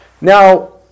Now